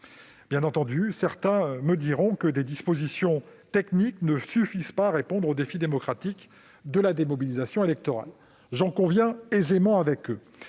Bien entendu, certains me diront que des dispositions techniques ne suffisent pas à répondre aux défis démocratiques de la démobilisation électorale. J'en conviendrai aisément avec eux.